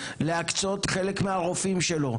להקצות חלק מהרופאים שלו,